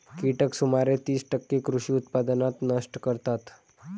कीटक सुमारे तीस टक्के कृषी उत्पादन नष्ट करतात